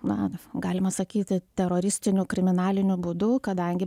na galima sakyti teroristiniu kriminaliniu būdu kadangi